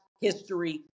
history